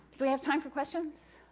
we have time for questions